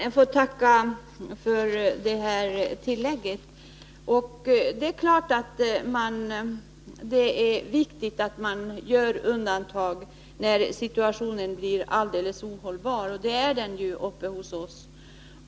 Herr talman! Jag får tacka för detta tillägg. Det är viktigt att man gör undantag när situationen blir helt ohållbar, och det är den uppe hos oss.